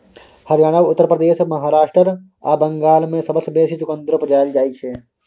हरियाणा, उत्तर प्रदेश, महाराष्ट्र आ बंगाल मे सबसँ बेसी चुकंदर उपजाएल जाइ छै